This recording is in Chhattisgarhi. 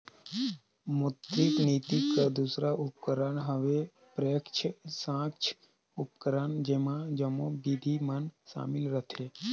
मौद्रिक नीति कर दूसर उपकरन हवे प्रत्यक्छ साख उपकरन जेम्हां जम्मो बिधि मन सामिल रहथें